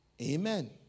Amen